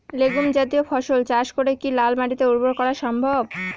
Legume জাতীয় ফসল চাষ করে কি লাল মাটিকে উর্বর করা সম্ভব?